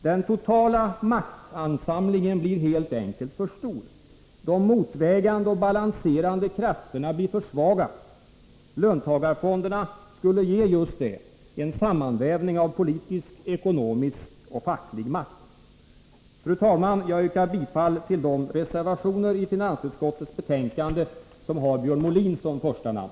Den totala maktansamlingen blir helt enkelt för stor. De motvägande och balanserande krafterna blir för svaga. Löntagarfonderna skulle ge just det — en sammanvävning av politisk, ekonomisk och facklig makt. Fru talman! Jag yrkar bifall till de reservationer i finansutskottets betänkande som har Björn Molin som första namn.